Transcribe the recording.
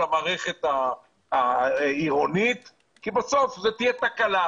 הערכת העירונית כי בסוף זאת תהיה תקלה.